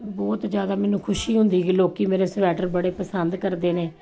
ਬਹੁਤ ਜ਼ਿਆਦਾ ਮੈਨੂੰ ਖੁਸ਼ੀ ਹੁੰਦੀ ਕਿ ਲੋਕੀ ਮੇਰੇ ਸਵੈਟਰ ਬੜੇ ਪਸੰਦ ਕਰਦੇ ਨੇ